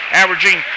averaging